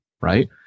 right